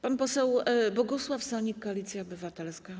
Pan poseł Bogusław Sonik, Koalicja Obywatelska.